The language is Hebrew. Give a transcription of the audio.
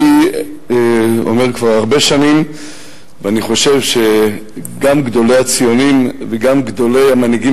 אני אומר כבר הרבה שנים ואני חושב שגם גדולי הציונים וגם גדולי המנהיגים